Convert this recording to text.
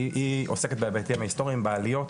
כי היא עוסקת בהיבטים ההיסטוריים בעליות,